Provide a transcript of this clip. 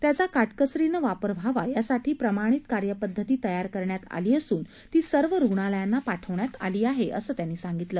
त्याचा काटकसरीनं वापर व्हावा यासाठी प्रमाणीत कार्यपद्धती तयार करण्यात आली असून ती सर्व रुग्णालयांना पाठवण्यात आली आहे असं त्यांनी सांगितलं